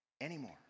anymore